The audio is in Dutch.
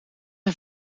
een